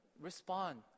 respond